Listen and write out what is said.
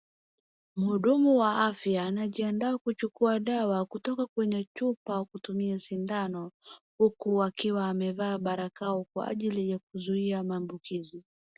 Mhudumu wa afya anajiandaa kuchukua dawa kutoka kwenye chupa kutumia sindano huku akiwa amevaa barakoa kwa ajili ya kuzuia maambukizi.